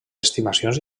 estimacions